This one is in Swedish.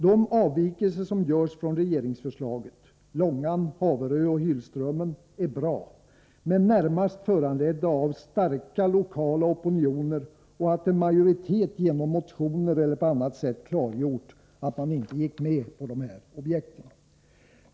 De avvikelser som görs från regeringsförslaget — det gäller Långan, Haverö och Hylströmmen — är bra, men detta är närmast föranlett av starka lokala opinioner och av att en majoritet genom motioner eller på annat sätt klargjort att man inte går med på dessa projekt.